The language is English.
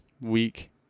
week